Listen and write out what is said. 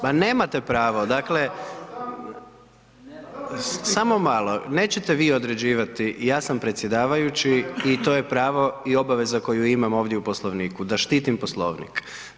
Ma nemate pravo, dakle, samo malo nećete vi određivati, ja sam predsjedavajući i to je pravo i obaveza koju imam ovdje u Poslovniku, da štitim Poslovnik.